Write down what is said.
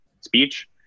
speech